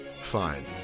Fine